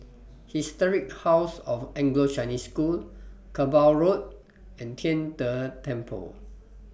Historic House of Anglo Chinese School Kerbau Road and Tian De Temple